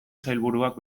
sailburuak